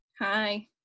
Hi